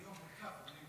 היום הותקף בלינקן.